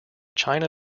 china